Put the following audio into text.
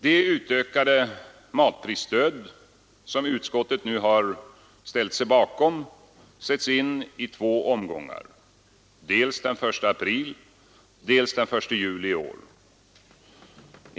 Det utökade matprisstöd som utskottet nu har ställt sig bakom sätts in i två omgångar, dels den 1 april, dels den 1 juli i år.